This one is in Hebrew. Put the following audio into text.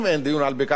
אין דיון על בקעת-הירדן.